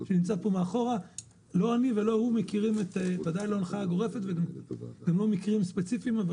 לא אני ולא הוא מכירים הנחיה גורפת כזאת וגם לא מקרים ספציפיים כאלה,